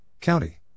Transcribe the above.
County